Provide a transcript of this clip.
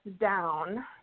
down